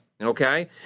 Okay